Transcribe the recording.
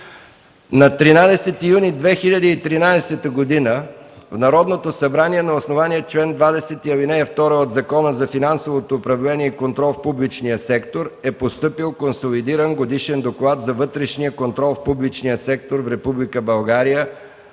На 13 юни 2013 г. в Народното събрание на основание чл. 20, ал. 2 от Закона за финансовото управление и контрол в публичния сектор е постъпил Консолидиран годишен доклад за вътрешния контрол в публичния сектор в Република